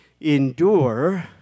endure